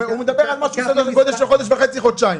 הוא מדבר על משהו של כחודש וחצי חודשיים,